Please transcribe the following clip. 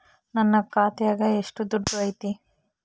ನನ್ನ ಖಾತ್ಯಾಗ ಎಷ್ಟು ದುಡ್ಡು ಐತಿ?